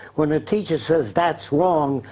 when a teacher says that's wrong.